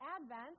Advent